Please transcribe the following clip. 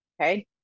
okay